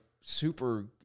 super